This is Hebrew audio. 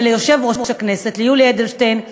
וליושב-ראש הכנסת, ליולי אדלשטיין,